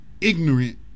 ignorant